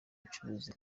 acuruza